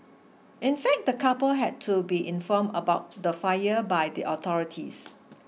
in fact the couple had to be inform about the fire by the authorities